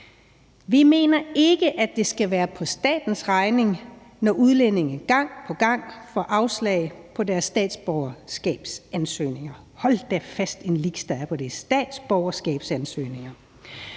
Vi mener ikke, at det skal være på statens regning, når udlændinge gang på gang får afslag på deres statsborgerskabsansøgninger – hold da fast et lixtal, der er for ordet statsborgerskabsansøgninger